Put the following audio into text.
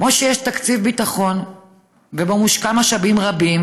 כמו שיש תקציב ביטחון ומושקעים בו